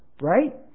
right